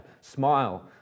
Smile